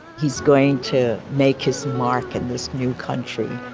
he's going to make his mark in this new country.